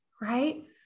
Right